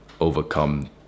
overcome